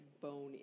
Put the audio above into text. bone